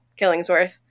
Killingsworth